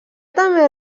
també